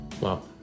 wow